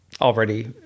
already